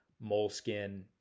moleskin